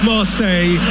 Marseille